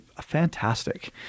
fantastic